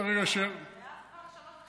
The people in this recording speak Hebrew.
זה היה כבר.